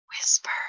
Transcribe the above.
Whisper